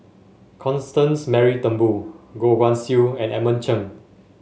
Constance Mary Turnbull Goh Guan Siew and Edmund Cheng